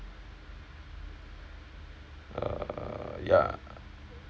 err ya